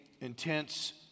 intense